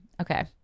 Okay